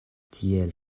tiel